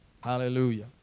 Hallelujah